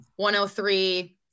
103